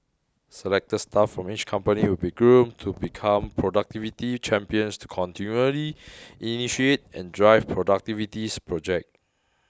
selected the staff from each company will be groomed to become productivity champions to continually initiate and drive productivity projects